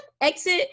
exit